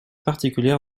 particulière